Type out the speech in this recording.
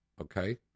Okay